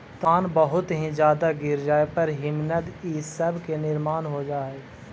तापमान बहुत ही ज्यादा गिर जाए पर हिमनद इ सब के निर्माण हो जा हई